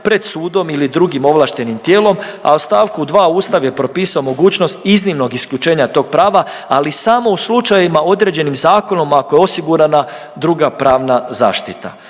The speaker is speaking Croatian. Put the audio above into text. pred sudom ili drugim ovlaštenim tijelom, a u st. 2. Ustav je propisao mogućnost iznimnog isključenja tog prava, ali u samo u slučajevima određenim zakonom ako je osigurana druga pravna zaštita.